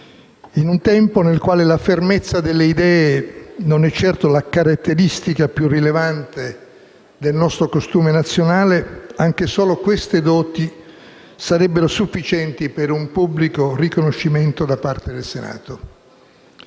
In un tempo nel quale la fermezza delle idee non è certo la caratteristica più rilevante del nostro costume nazionale, anche solo queste doti sarebbero sufficienti per un pubblica riconoscimento da parte del Senato.